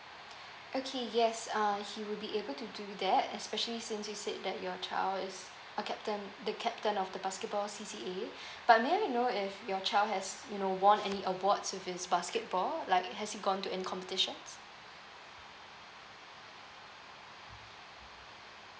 okay yes uh he would be able to do that especially since you said that your child is a captain the captain of the basketball C_C_A but may I know if your child has you know won any awards with his basketball like has he gone to any competitions